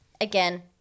again